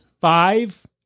Five